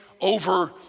over